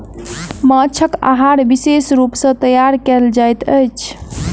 माँछक आहार विशेष रूप सॅ तैयार कयल जाइत अछि